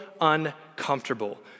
uncomfortable